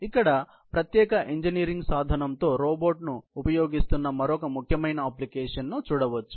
ఇక్కడ ప్రత్యేక ఇంజనీరింగ్ సాధనంతో రోబోట్ ను ఉపయోగిస్తున్నమరొక ముఖ్యమైన అప్లికేషన్ ను చూడవచ్చు